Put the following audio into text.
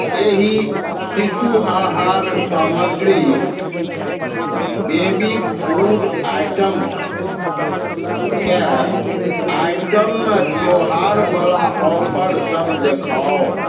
एहि शिशु आहार सामग्री बेबी फ़ूड आइटम्स के आइटममे त्यौहार बला ऑफर सभ देखाउ